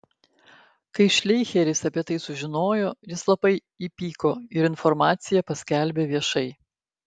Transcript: kai šleicheris apie tai sužinojo jis labai įpyko ir informaciją paskelbė viešai